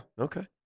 Okay